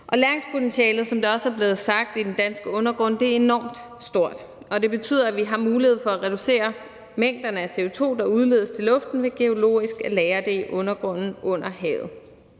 undergrund er, som det også er blevet sagt, enormt stort. Det betyder, at vi har mulighed for at reducere mængderne af CO2, der udledes til luften, ved geologisk at lagre det i undergrunden under havet.